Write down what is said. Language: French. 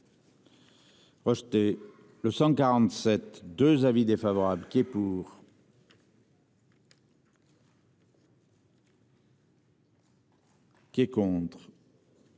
Rejeté le 147 2 avis défavorables qui est pour. Qui est contre.